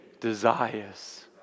desires